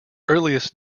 earliest